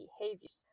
behaviors